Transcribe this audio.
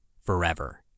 forever